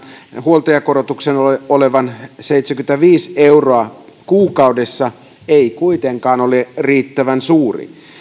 huoltajakorotuksen olevan seitsemänkymmentäviisi euroa kuukaudessa ei kuitenkaan ole riittävän suuri